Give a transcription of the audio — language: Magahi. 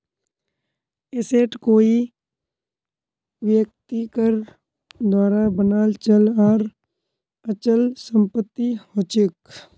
एसेट कोई व्यक्तिर द्वारा बनाल चल आर अचल संपत्ति हछेक